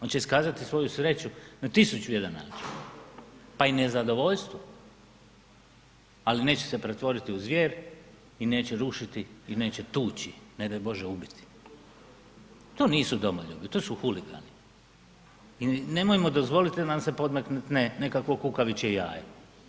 On će iskazati svoju sreću na 1001 način, pa i nezadovoljstvo, ali neće se pretvoriti u zvjer i neće rušiti i neće tući, ne daj Bože ubiti, to nisu domoljubi, to su huligani i nemojmo dozvoliti da nam se podmetne nekakvo kukavičje jaje.